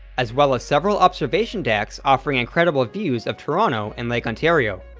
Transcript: as well as several observation decks offering incredible views of toronto and lake ontario.